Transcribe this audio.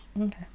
Okay